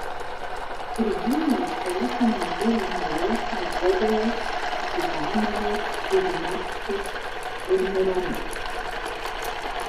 tribūnoje politinio biuro nariai medvedevas ziuganovas žirinovskis ir mironovas